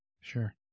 Sure